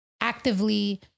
actively